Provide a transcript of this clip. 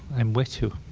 i'm with you